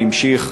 זה המשיך